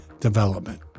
development